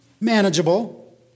manageable